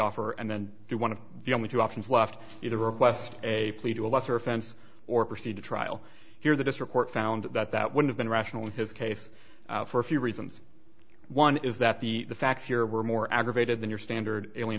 offer and then do one of the only two options left to request a plea to a lesser offense or proceed to trial here the district court found that that would have been rational in his case for a few reasons one is that the facts here were more aggravated than your standard alien